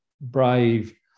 brave